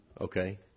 Okay